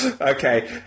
Okay